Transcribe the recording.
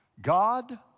God